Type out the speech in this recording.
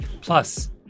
Plus